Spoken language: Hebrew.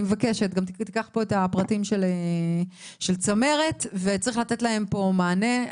קח את הפרטים של צמרת וצריך לתת להם מענה.